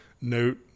note